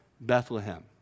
Bethlehem